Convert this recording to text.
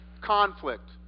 conflict